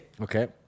Okay